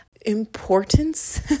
importance